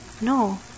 No